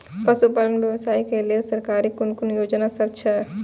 पशु पालन व्यवसाय के लेल सरकारी कुन कुन योजना सब छै?